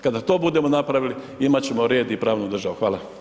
Kada to budemo napravili, imat ćemo red i pravnu državu, hvala.